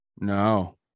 No